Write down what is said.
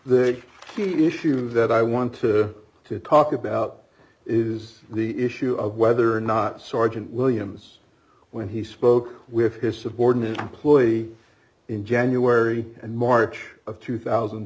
the key issue that i want to talk about is the issue of whether or not sergeant williams when he spoke with his subordinate employee in january and march of two thousand